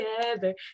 together